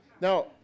Now